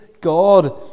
God